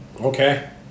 okay